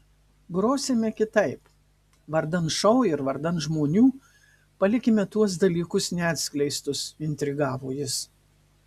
grosime kitaip vardan šou ir vardan žmonių palikime tuos dalykus neatskleistus intrigavo jis